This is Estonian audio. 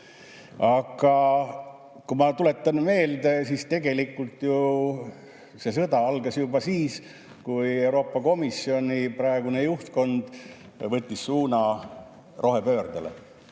Aga ma tuletan meelde, et tegelikult see sõda algas juba siis, kui Euroopa Komisjoni praegune juhtkond võttis suuna rohepöördele